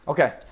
okay